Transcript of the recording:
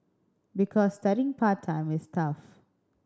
because studying part time is tough